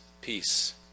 peace